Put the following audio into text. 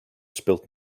spilt